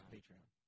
Patreon